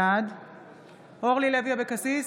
בעד אורלי לוי אבקסיס,